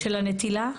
של הנטילה?